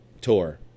tour